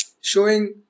Showing